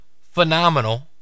phenomenal